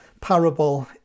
parable